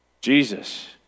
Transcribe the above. Jesus